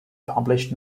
published